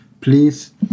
please